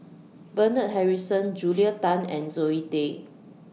Bernard Harrison Julia Tan and Zoe Tay